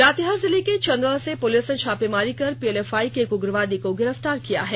लातेहार जिले के चंदवा से पुलिस ने छापेमारी कर पीएलएफआई के एक उग्रवादी को गिरफ्तार किया है